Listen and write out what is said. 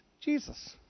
Jesus